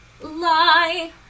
lie